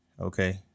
okay